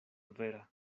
vera